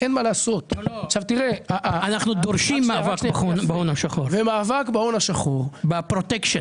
אנחנו דורשים מאבק בהון השחור, בפרוטקשן.